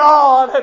God